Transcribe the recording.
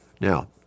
Now